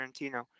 Tarantino